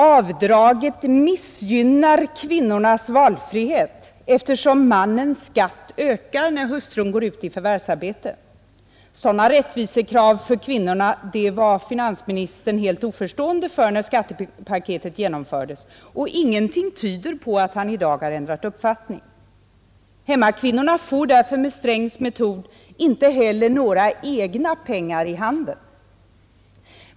Avdraget missgynnar kvinnornas valfrihet, eftersom mannens skatt ökar när hustrun går ut i förvärvsarbete. Sådana rättvisekrav för kvinnorna var finansministern helt oförstående för när skattepaketet genomfördes, och ingenting tyder på att han i dag har ändrat uppfattning. Hemmakvinnorna får därför med herr Strängs metod inte heller några egna pengar i handen.